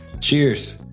Cheers